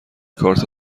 کارت